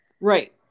right